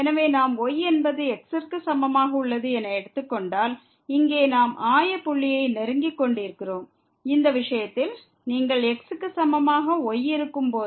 எனவே நாம் y என்பது x ற்கு சமமாக உள்ளது என எடுத்துக்கொண்டால் இங்கே நாம் ஆய புள்ளியை நெருங்கிக் கொண்டிருக்கிறோம் இந்த விஷயத்தில் நீங்கள் x க்கு சமமாக y இருக்கும்போது